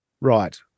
Right